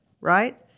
Right